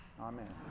Amen